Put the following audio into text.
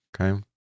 Okay